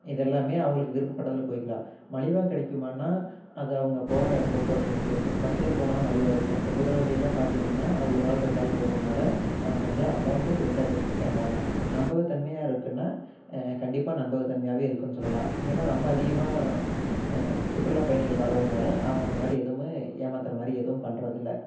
இது எல்லாமே அவங்களுக்கு விருப்பப்பட்டதில் போயிக்கலாம் மலிவா கிடைக்குமான்னா அது அவங்க போகற போக்குவரத்து இதை பொறுத்து பஸ்ஸில் போனால் மலிவாக இருக்கும் இப்போ குதிர வண்டிலலாம் பார்த்திங்கன்னா அது ஒரு ஆள் ரெண்டு ஆள் போகறதுனால அவன் கொஞ்சம் அமௌன்ட்டு எச்சா கேட் கேட்பாங்க நம்பகத்தன்மையாக இருக்குனா கண்டிப்பாக நம்பகத்தன்மையாகவே இருக்குன்னு சொல்லலாம் இங்கேலாம் ரொம்ப அதிகமாக சுற்றுலா பயணிகள் வரதுனால அவங்க அந்த மாதிரி எதுவுமே ஏமாற்றுற மாதிரி எதுவும் பண்ணுறது இல்லை